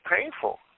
painful